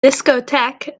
discotheque